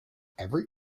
every